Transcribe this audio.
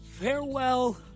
Farewell